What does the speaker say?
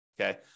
Okay